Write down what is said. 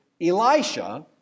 Elisha